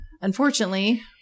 unfortunately